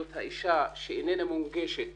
זאת האישה שאיננה מונגשת